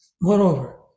Moreover